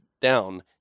down